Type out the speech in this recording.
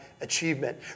achievement